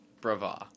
Bravo